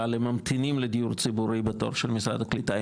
לממתינים לדיור ציבורי בתור של משרד הקליטה,